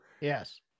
Yes